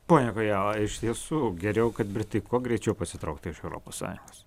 pone kojala iš tiesų geriau kad britai kuo greičiau pasitrauktų iš europos sąjungos